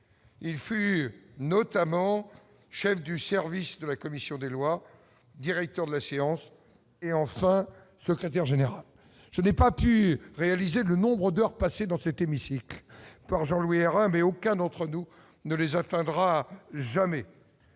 il fut notamment chef du service de la commission des lois, directeur de la science et enfin secrétaire général, je n'ai pas pu réaliser le nombre d'heures passées dans cette émission par Jean-Louis Hérin, mais aucun d'entre nous ne les atteindra jamais